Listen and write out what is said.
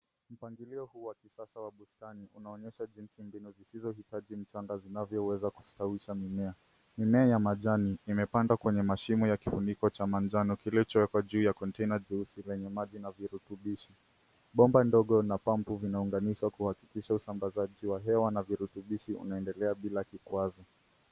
Mpangilio huu wa kisasa wa bustani unaonyesha jinsi mbinu zisizohitaji mchanga vinavyoweza kustawisha mimea. Mimea ya majani imepandwa kwenye mashimo ya kifuniko cha manjano kilichowekwa juu ya container jeusi lenye maji na virutubishi. Bomba dogo na pampu vinaunganishwa kuhakikisha usambazaji wa hewa na virutubishi unaendelea bila vikwazo.